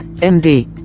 md